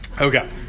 Okay